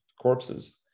corpses